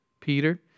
Peter